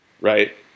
right